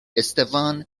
esteban